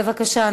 בבקשה.